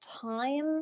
time